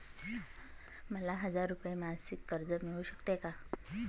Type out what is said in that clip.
मला हजार रुपये मासिक कर्ज मिळू शकते का?